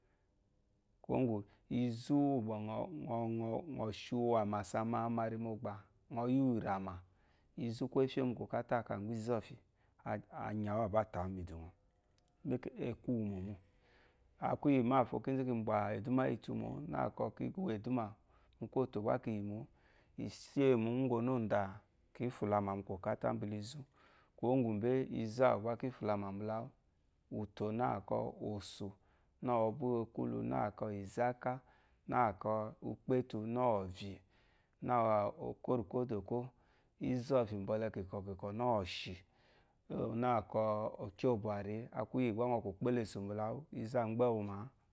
Kwuwó ŋgwù izú gbà ŋɔ̀ ŋɔ ŋɔ ŋɔ̀ shi wu àmàsa mamari mu ɔgba, ŋɔ yí wu iràmà, izú kwó é fyé mu kwɔ̀kátá à kà mgbɛ́ izɔ̂fyì a a a à nyà wú à bâ tà mìdù ŋɔ ée kwú wu mò mô. A kwu íyì mâfo kínzú ki mbwà ɛ̀dúmà íyì utu mò, nâ kɔ kì kù wo ɛ̀dúmà mu kwúyòtò gbá ki yìmò, i shéyè múŋgwù ɔnɔ̂ndà, kǐ fùlamà mu kwɔ̀kátá mbil izú. Kwuwo úŋgwù mbéé, izu ùwù gbá kí fùlamà mbula wú? Ùto nâ kɔ òsù, nâ ɔ́bwú wù ekwúlu nâ kɔ èzáká, nâ kɔ ukpétu nâ ɔ̀vyì, nâ òkwórìkwódòkwó, ízɔ̂fyì mbɔlɛ kìkɔ̀ kìkɔ̀ nâ ɔ̀shìna, nâ kɔ a kwu íyì gba ŋɔ kwù kpólesù mbula wú, izú a mgbɛ́ mà